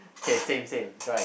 k same same dried